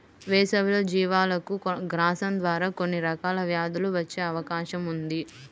వేసవిలో జీవాలకు గ్రాసం ద్వారా కొన్ని రకాల వ్యాధులు వచ్చే అవకాశం ఉంది